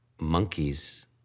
monkeys